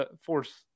force